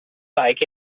like